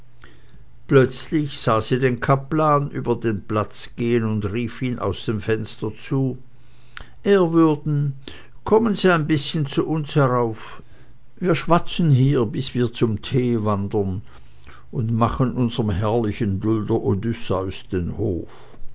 plötzlich sah sie den kaplan über den platz gehen und rief ihm aus dem fenster zu ehrwürden kommen sie ein bißchen zu uns herauf wir schwatzen hier bis wir zum tee wandern und machen unserm herrlichen dulder odysseus den hof